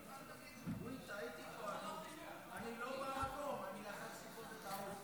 ההצעה להעביר את הנושא לוועדת הפנים והגנת הסביבה נתקבלה.